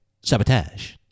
sabotage